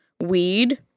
weed